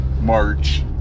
march